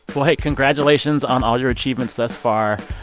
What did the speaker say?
well, hey, congratulations on all your achievements thus far.